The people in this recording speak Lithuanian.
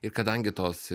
ir kadangi tos